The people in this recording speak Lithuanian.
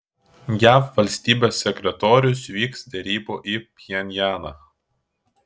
jav valstybės sekretorius vyks derybų į pchenjaną